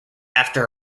after